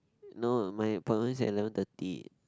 no my appointment at eleven thirty